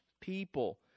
people